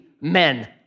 men